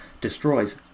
destroys